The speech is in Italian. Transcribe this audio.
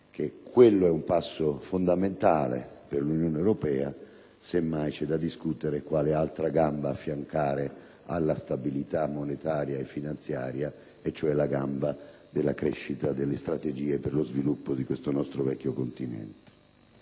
quello è un passo fondamentale dell'Unione europea. Semmai c'è da discutere quale altra gamba affiancare alla stabilità monetaria e finanziaria, se la gamba della crescita, delle strategie per lo sviluppo di questo nostro vecchio continente.